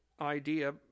idea